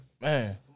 man